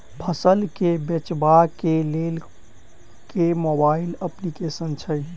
फसल केँ बेचबाक केँ लेल केँ मोबाइल अप्लिकेशन छैय?